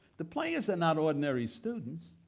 the players are not ordinary students,